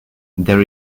there